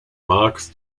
marx